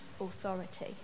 authority